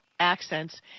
accents